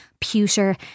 pewter